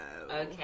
Okay